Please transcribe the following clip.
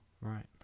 Right